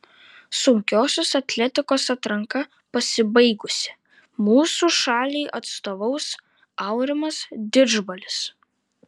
sunkiosios atletikos atranka pasibaigusi mūsų šaliai atstovaus aurimas didžbalis